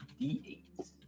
D8